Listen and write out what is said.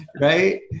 Right